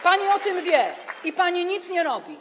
Pani o tym wie i pani nic nie robi.